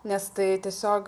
nes tai tiesiog